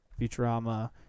Futurama